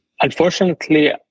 Unfortunately